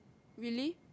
really